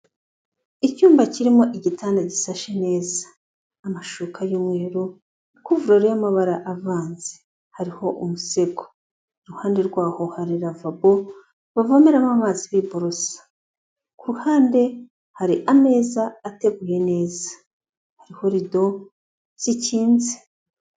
Icyumba kirimo igitanda gisashe neza, amashuka y'umweru, kuvurori y'amabara avanze, hariho umusego, iruhande rwaho hari ravabo bavomeramo amazi biboroso, ku ruhande hari ameza ateguye neza hariho rido zikinze.